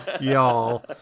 y'all